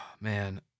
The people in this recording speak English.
man